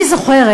אני זוכרת,